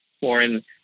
foreign